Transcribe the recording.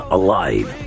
alive